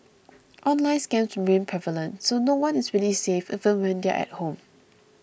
online scams remain prevalent so no one is really safe even when they're at home